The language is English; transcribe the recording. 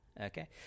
okay